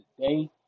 today